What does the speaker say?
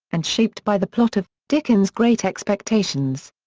and shaped by the plot of, dickens' great expectations.